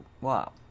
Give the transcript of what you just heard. Wow